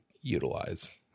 utilize